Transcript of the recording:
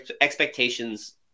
expectations